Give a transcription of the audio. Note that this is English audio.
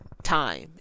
time